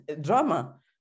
drama